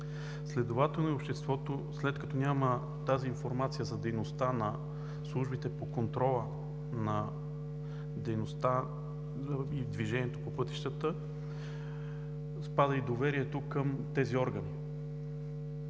Следователно и обществото, след като няма тази информация за дейността на службите по контрола на дейността и движението по пътищата, спада и доверието към тези органи.